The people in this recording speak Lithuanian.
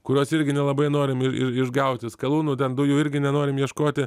kurios irgi nelabai norim ir ir išgauti skalūnų ten dujų irgi nenorim ieškoti